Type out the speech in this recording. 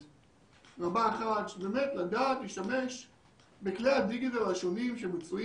הוא לא יודע שהוא יכול להגיע ישירות לבן אדם שמטפל